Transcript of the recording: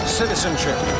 citizenship